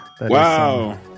Wow